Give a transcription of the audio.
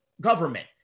government